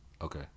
Okay